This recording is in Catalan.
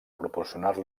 proporcionar